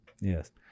Yes